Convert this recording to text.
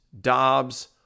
Dobbs